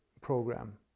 program